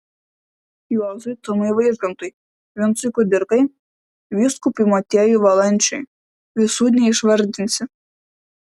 juozui tumui vaižgantui vincui kudirkai vyskupui motiejui valančiui visų neišvardinsi